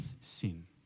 sin